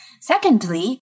Secondly